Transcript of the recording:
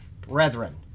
Brethren